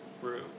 brew